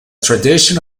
tradition